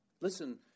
Listen